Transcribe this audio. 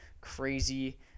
crazy